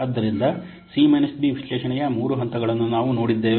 ಆದ್ದರಿಂದ C B ವಿಶ್ಲೇಷಣೆಯ ಮೂರು ಹಂತಗಳನ್ನು ನಾವು ನೋಡಿದ್ದೇವೆ